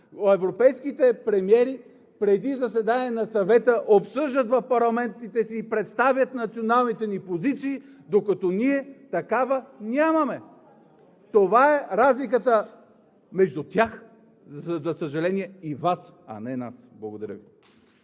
Европейските премиери преди заседание на Съвета обсъждат в парламентите си и представят националните си позиции, докато ние такава нямаме! Това е разликата между тях, за съжаление, и Вас, а не нас! Благодаря Ви.